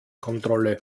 kontrolle